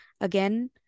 again